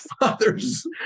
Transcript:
father's